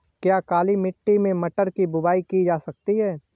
क्या काली मिट्टी में मटर की बुआई की जा सकती है?